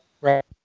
Right